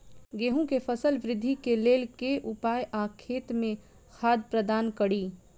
गेंहूँ केँ फसल वृद्धि केँ लेल केँ उपाय आ खेत मे खाद प्रदान कड़ी?